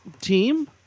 team